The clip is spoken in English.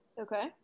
okay